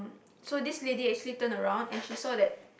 so this lady actually turn around and she saw that